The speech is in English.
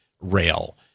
rail